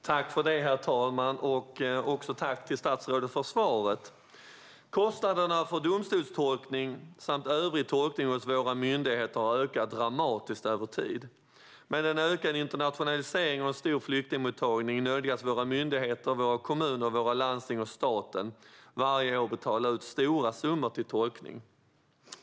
Herr talman! Tack, statsrådet, för svaret! Kostnaderna för domstolstolkning samt övrig tolkning hos våra myndigheter har ökat dramatiskt över tid. Med en ökad internationalisering och en stor flyktingmottagning nödgas våra myndigheter, våra kommuner, våra landsting och staten varje år betala ut stora summor för tolkning.